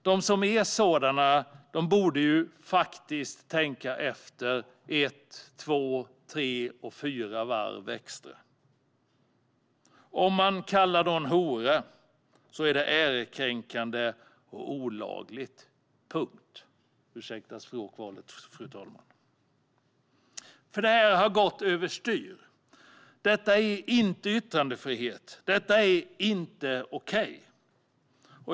De som är sådana borde faktiskt tänka efter ett, två, tre och fyra varv extra. Om man kallar någon hora är det ärekränkande och olagligt - punkt. Ursäkta språkvalet, fru talman! Det här har gått över styr! Detta är inte yttrandefrihet! Detta är inte okej!